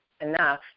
enough